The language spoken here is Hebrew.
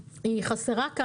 אני לא אקח משפט שהוא שלו,